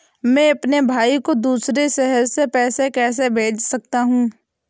मैं अपने भाई को दूसरे शहर से पैसे कैसे भेज सकता हूँ?